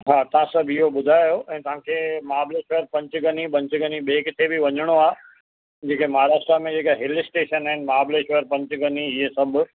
हा तव्हां सभु इहो ॿुधायो ऐं तव्हां खे महाबलेश्वर पंचगनी पंचगनी ॿिए किथे बि वञिणो आहे जेके महाराष्ट्र में जेके हिल स्टेशन आहिनि महाबलेश्वर पंचगनी इहे सभु